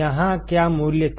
यहाँ क्या मूल्य था